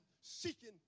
seeking